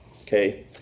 okay